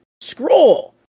scroll